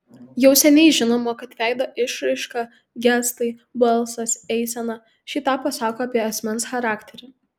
jau seniai žinoma kad veido išraiška gestai balsas eisena šį tą pasako apie asmens charakterį